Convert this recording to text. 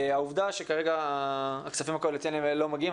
העובדה שכרגע הכספים הקואליציוניים האלה לא מגיעים,